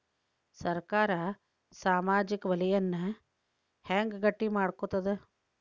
ಸರ್ಕಾರಾ ಸಾಮಾಜಿಕ ವಲಯನ್ನ ಹೆಂಗ್ ಗಟ್ಟಿ ಮಾಡ್ಕೋತದ?